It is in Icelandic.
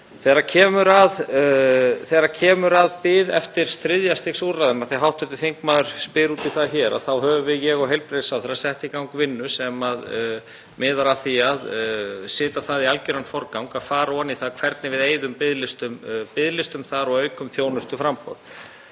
Þegar kemur að bið eftir þriðja stigs úrræðum, af því að hv. þingmaður spyr út í það, þá höfum við, ég og heilbrigðisráðherra, sett í gang vinnu sem miðar að því að setja það í algjöran forgang að fara ofan í það hvernig við eyðum biðlistum þar og aukum þjónustuframboð.